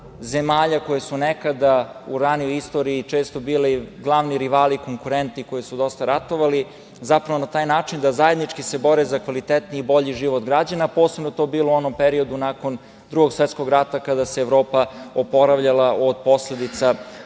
zemalja koje su nekada u ranijoj istoriji često bile glavni rivali, konkurenti koji su dosta ratovali, zapravo na taj način da zajednički se bore za kvalitetniji i bolji život građana, a posebno je to bilo u onom periodu nakon Drugog svetskog rata kada se Evropa oporavljala od posledica